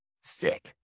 sick